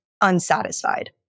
unsatisfied